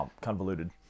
convoluted